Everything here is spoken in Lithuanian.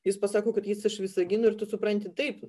jis pasako kad jis iš visagino ir tu supranti taip